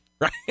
right